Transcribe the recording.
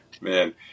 man